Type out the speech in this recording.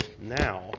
now